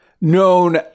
known